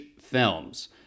films